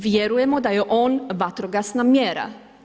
Vjerujemo da je on vatrogasna mjera.